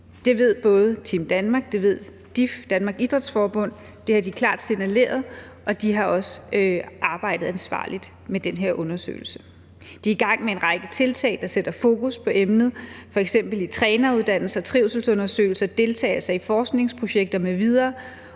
Det ved både Team Danmark, og det ved DIF, Danmarks Idrætsforbund – det har de klart signaleret – og de har også arbejdet ansvarligt med den her undersøgelse. De er i gang med en række tiltag, der sætter fokus på emnet, f.eks. i træneruddannelsen og trivselsundersøgelser og ved deltagelse i forskningsprojekter m.v.,